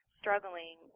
struggling